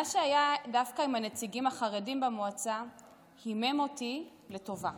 מה שהיה דווקא עם הנציגים החרדים במועצה הימם אותי לטובה,